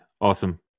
awesome